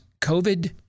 COVID